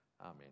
Amen